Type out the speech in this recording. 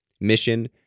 mission